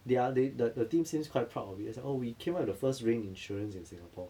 they are they the the team seems quite proud of it they say oh we came up with the first rain insurance in singapore